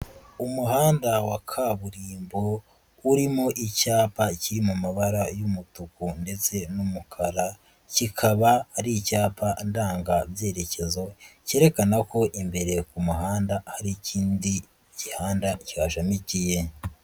Umuhanda wa kaburimbo urimo icyapa kiri mu mabara y'umutuku ndetse n'umukara, kikaba ari icyapa ndangabyerekezo kerekana ko imbere ku muhanda hari ikindi gihanda kihashamikiye.